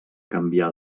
canviar